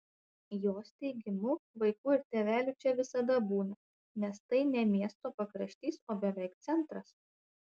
jos teigimu vaikų ir tėvelių čia visada būna nes tai ne miesto pakraštys o beveik centras